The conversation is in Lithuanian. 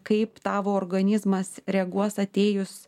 kaip tavo organizmas reaguos atėjus